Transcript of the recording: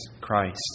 Christ